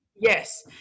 yes